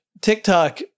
TikTok